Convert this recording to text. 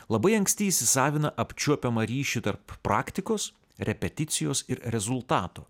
labai anksti įsisavina apčiuopiamą ryšį tarp praktikos repeticijos ir rezultato